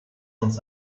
uns